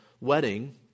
wedding